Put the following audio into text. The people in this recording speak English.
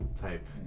type